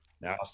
Now